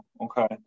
okay